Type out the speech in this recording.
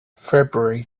february